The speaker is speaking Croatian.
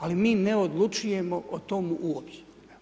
Ali mi ne odlučujemo o tom uopće.